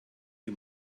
die